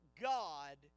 God